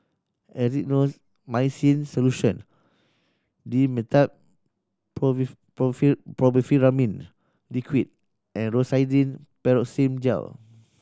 Erythroymycin Solution Dimetapp Brompheniramine Liquid and Rosiden Piroxicam Gel